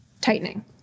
tightening